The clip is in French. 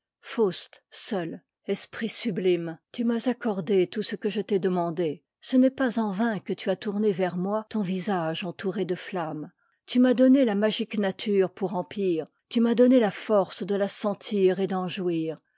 faust seul esprit sublime tu m'as accordé tout ce que je t'ai demandé ce n'est pas en vain que tu as t tourné vers moi ton visage entouré de flammes tu m'as donné la magique nature pour empire tu m'as donné la force de la sentir et d'en jouir